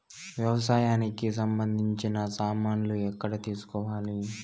వ్యవసాయానికి సంబంధించిన సామాన్లు ఎక్కడ తీసుకోవాలి?